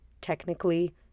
technically